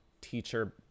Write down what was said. teacher